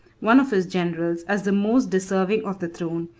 one of his generals, as the most deserving of the throne,